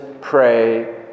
pray